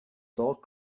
dark